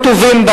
הטובים,